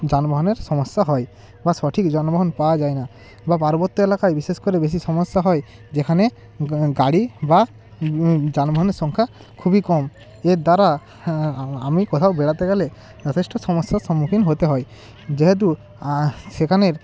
যানবাহনের সমস্যা হয় বা সঠিক যানবাহন পাওয়া যায় না বা পার্বত্য এলাকায় বিশেষ করে বেশি সমস্যা হয় যেখানে গাড়ি বা যানবাহনের সংখ্যা খুবই কম এর দ্বারা আমি কোথাও বেড়াতে গেলে যথেষ্ট সমস্যার সম্মুখীন হতে হয় যেহেতু সেখানের